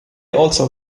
also